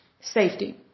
safety